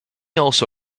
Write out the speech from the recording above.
also